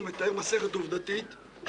אני שוכנעתי והגעתי למסקנה בין היתר